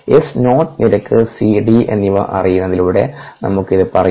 S naught നിരക്ക് CD എന്നിവ അറിയുന്നതിലൂടെ നമുക്ക് ഇത് പറയാം